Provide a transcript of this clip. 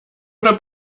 oder